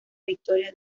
victoria